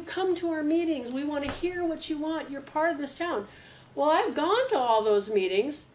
to come to our meetings we want to hear what you want your part of this town while i'm gone to all those meetings